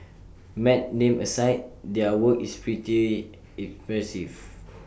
mad name aside their work is pretty impressive